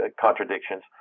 contradictions